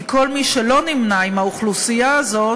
כי כל מי שלא נמנה עם האוכלוסייה הזאת